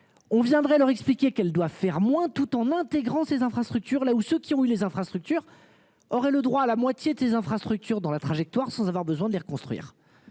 On viendrait leur expliquer qu'elle doit faire moins tout en intégrant ses infrastructures là où ceux qui ont eu les infrastructures aurait le droit à la moitié de ses infrastructures dans la trajectoire sans avoir besoin de les reconstruire